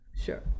Sure